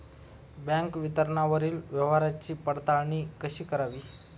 Bank विवरणावरील व्यवहाराची पडताळणी कशी करावी?